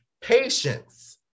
patience